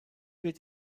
wird